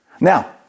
Now